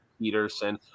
Peterson